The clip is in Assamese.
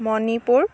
মণিপুৰ